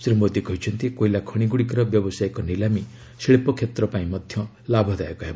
ଶ୍ରୀ ମୋଦୀ କହିଛନ୍ତି କୋଇଲା ଖଣିଗୁଡ଼ିକର ବ୍ୟବସାୟୀକ ନିଲାମୀ ଶିଳ୍ପ କ୍ଷେତ୍ର ପାଇଁ ମଧ୍ୟ ଲାଭଦାୟକ ହେବ